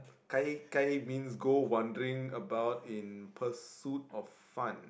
gai-gai means go wondering about in pursuit of fun